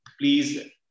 Please